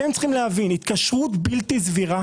אתם צריכים להבין שהתקשרות בלתי סבירה